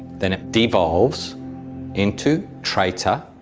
then it devolves into treta,